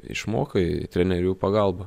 išmokai trenerių pagalba